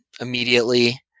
immediately